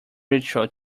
ritual